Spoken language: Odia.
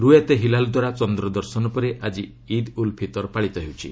ରୁୟାତେ ହିଲାଲ୍ ଦ୍ୱାରା ଚନ୍ଦ୍ରଦର୍ଶନ ପରେ ଆକି ଇଦ୍ ଉଲ୍ ଫିତର୍ ପାଳିତ ହେଉଛି